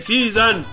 Season